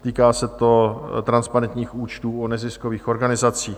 Týká se to transparentních účtů o neziskových organizacích.